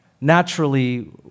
naturally